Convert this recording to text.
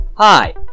Hi